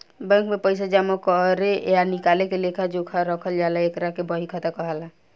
bank में पइसा जामा करे आ निकाले के लेखा जोखा रखल जाला एकरा के बही खाता कहाला